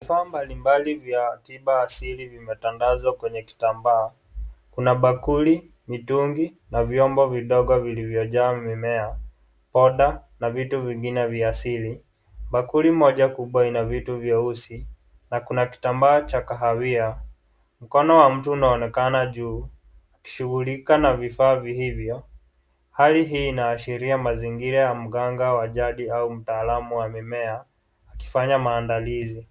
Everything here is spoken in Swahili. Vifaa mbalimbali vya tiba asili vimetandazwa kwenye kitambaa. Kuna bakuli, mitungi na vyombo vidogo vilivyojaa mimea, ponda na vitu vingine vya asili. Bakuli moja kubwa ina vitu vyeusi. Na kuna kitambaa cha kahawia. Mkono wa mtu unaonekana juu, akishughulika na vifaa hivyo. Hali hii inaashiria mazingira ya mganga wa jadi au mtaalamu wa mimea, akifanya maandalizi.